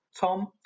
tom